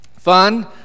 Fun